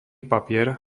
papier